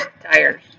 tires